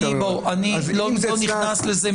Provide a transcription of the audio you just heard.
אני לא נכנס לזה,